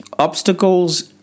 Obstacles